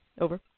Over